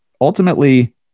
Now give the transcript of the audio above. ultimately